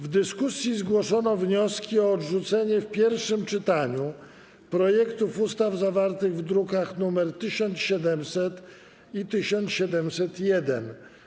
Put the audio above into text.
W dyskusji zgłoszono wnioski o odrzucenie w pierwszym czytaniu projektów ustaw zawartych w drukach nr 1700 i 1701.